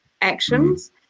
actions